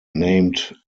named